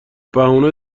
بهونه